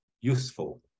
useful